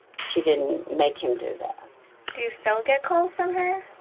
she didn't make him do that. do you still get calls from her?